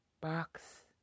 Box